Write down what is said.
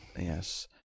Yes